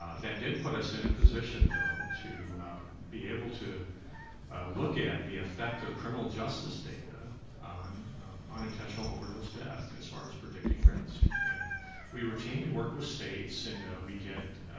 that did put us in a position, though, to be able to look at the effect of criminal justice data on unintentional overdose death, as far as predicting risk. and we routinely work with states and we get